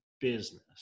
business